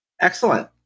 Excellent